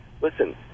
listen